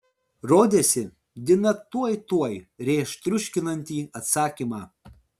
rodėsi dina tuoj tuoj rėš triuškinantį atsakymą